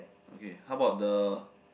okay how about the